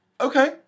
Okay